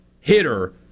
hitter